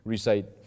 Recite